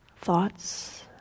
thoughts